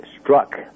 struck